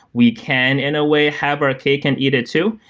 we can in a way have our cake and eat it too,